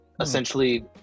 Essentially